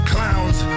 Clowns